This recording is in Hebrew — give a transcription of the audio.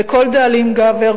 וכל דאלים גבר,